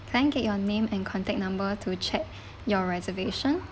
can I get your name and contact number to check your reservation